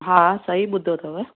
हा सही ॿुधो अथव